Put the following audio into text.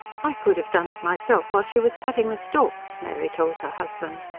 i could have done it myself while she was cutting the stalks, mary told her husband.